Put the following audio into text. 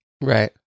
Right